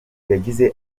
yagize